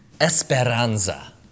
esperanza